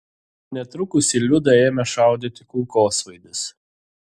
netrukus į liudą ėmė šaudyti kulkosvaidis